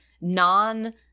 non